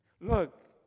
look